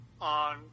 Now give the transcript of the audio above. on